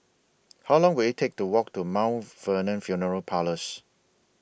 How Long Will IT Take to Walk to Mount Vernon Funeral Parlours